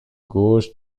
gauche